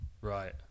Right